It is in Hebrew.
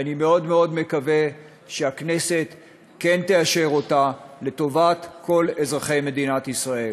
ואני מאוד מאוד מקווה שהכנסת כן תאשר אותה לטובת כל אזרחי מדינת ישראל.